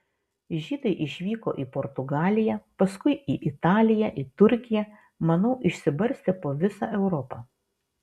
žydai išvyko į portugaliją paskui į italiją į turkiją manau išsibarstė po visą europą